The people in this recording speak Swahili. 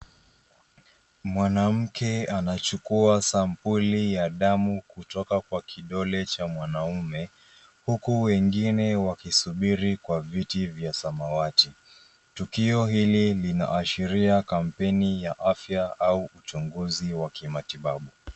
Mwanamke anachukua sampuli ya damu kutoka kwa kidole cha mwanaume, huku wengine wakisubiri kwa viti vya samawati. Tukio hili linaashiria kampeni ya afya au uchunguzi wa kimatibabu.